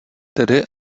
tedy